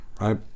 right